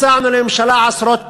הצענו לממשלה עשרות פעמים,